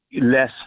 less